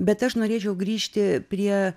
bet aš norėčiau grįžti prie